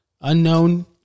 unknown